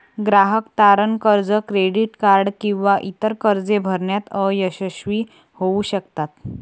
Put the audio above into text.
ग्राहक तारण कर्ज, क्रेडिट कार्ड किंवा इतर कर्जे भरण्यात अयशस्वी होऊ शकतात